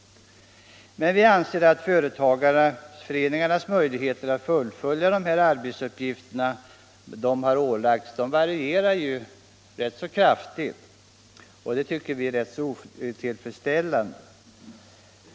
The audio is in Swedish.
Men företagareföreningarnas möjligheter att fullfölja dessa arbetsuppgifter. som de ålagts, varierar ju rätt kraftigt, och det tycker vi är otillfredsställande.